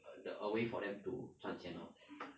err the a way for them to 赚钱 lor